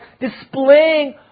displaying